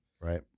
Right